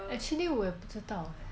actually 我也不知道 leh